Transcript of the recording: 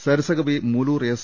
സരസകവി Moolur S